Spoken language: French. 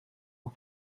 aux